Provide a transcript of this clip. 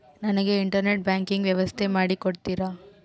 ನನಗೆ internet banking ವ್ಯವಸ್ಥೆ ಮಾಡಿ ಕೊಡ್ತೇರಾ?